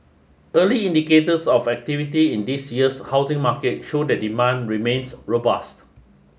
early indicators of activity in this year's housing market show that demand remains robust